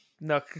No